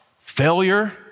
failure